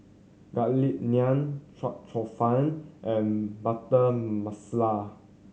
Garlic Naan chua cheong fun and Butter Masala